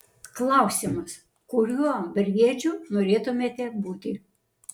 klausimas kuriuo briedžiu norėtumėte būti